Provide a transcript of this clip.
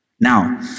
Now